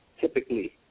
typically